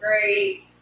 great